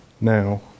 now